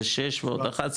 זה שש ועוד 11,